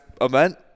event